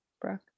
Brooke